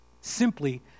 simply